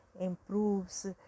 improves